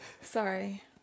Sorry